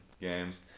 games